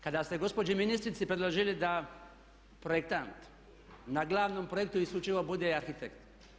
Kada ste gospođi ministrici predložili da projektant na glavnom projektu isključivo bude arhitekt.